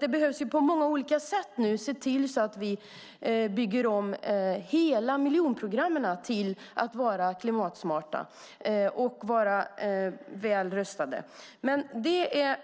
Vi behöver på många olika sätt se till att vi bygger om hela miljonprogrammen till att bli klimatsmarta och väl rustade. Men det är